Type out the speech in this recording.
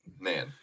man